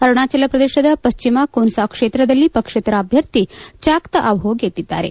ಅರುಣಾಚಲ ಪ್ರದೇಶದ ಪಶ್ಚಿಮಾ ಕೋನ್ಸಾ ಕ್ಷೇತ್ರದಲ್ಲಿ ಪಕ್ಷೇತರ ಅಭ್ಯರ್ಥಿ ಚಾಕತ್ ಅಬೋ ಗೆದ್ದಿದ್ದಾರೆ